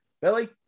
billy